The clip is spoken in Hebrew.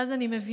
ואז אני מבינה.